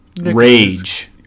Rage